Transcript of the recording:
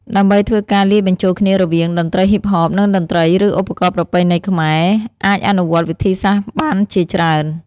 ដើម្បីធ្វើការលាយបញ្ចូលគ្នារវាង តន្ត្រីហ៊ីបហប និងតន្ត្រីឬឧបករណ៍ប្រពៃណីខ្មែរ អាចអនុវត្តវិធីសាស្ត្របានជាច្រើន។